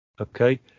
okay